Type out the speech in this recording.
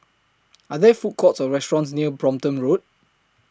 Are There Food Courts Or restaurants near Brompton Road